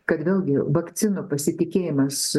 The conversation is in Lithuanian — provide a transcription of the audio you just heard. kad vėlgi vakcinų pasitikėjimas